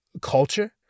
culture